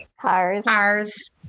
Cars